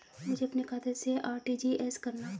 मुझे अपने खाते से आर.टी.जी.एस करना?